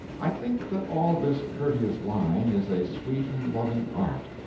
i think that all this courteous lying is a sweet and loving art,